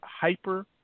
Hyper